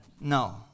No